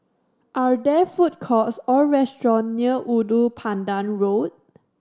are there food courts or restaurants near Ulu Pandan Road